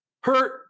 hurt